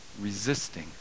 resisting